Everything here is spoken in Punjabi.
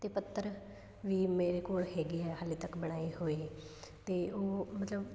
ਅਤੇ ਪੱਤਰ ਵੀ ਮੇਰੇ ਕੋਲ ਹੈਗੇ ਆ ਹਜੇ ਤੱਕ ਬਣਾਏ ਹੋਏ ਅਤੇ ਉਹ ਮਤਲਬ